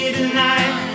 tonight